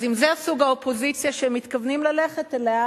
אז אם זה סוג האופוזיציה שהם מתכוונים ללכת אליה,